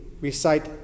recite